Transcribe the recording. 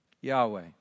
Yahweh